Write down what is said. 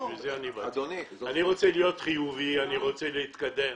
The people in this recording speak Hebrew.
אני רוצה להיות חיובי, אני רוצה להתקדם,